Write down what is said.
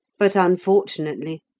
but, unfortunately,